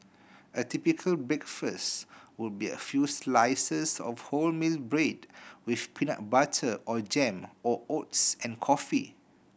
a typical breakfast would be a few slices of wholemeal bread with peanut butter or jam or oats and coffee